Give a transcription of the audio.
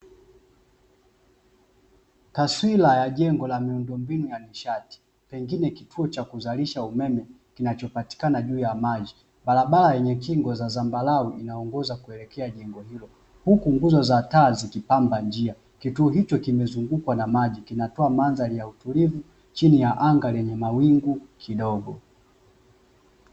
Madeira ya jengo la miundombinu ya nishati pengine ya kuzalisha umeme kinachopatikana juu ya maji. Barabara yenye kingo za zambarau inaongoza kuelekea jengo hilo huku nguzo za taa zikipamba njia kituo hicho kimezungukwa na maji kinatoa mandhari ya utulivu chini anga yenye utulivu kidogo.